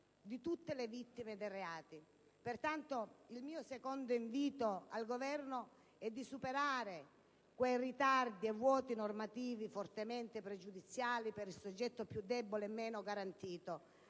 di tutte le vittime dei reati. Pertanto, l'invito che rivolgo al Governo è di superare quei ritardi e vuoti normativi, fortemente pregiudizievoli per il soggetto più debole e meno garantito,